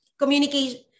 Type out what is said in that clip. communication